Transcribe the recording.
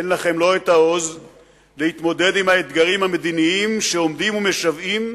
אין לכם לא העוז להתמודד עם האתגרים המדיניים שעומדים ומשוועים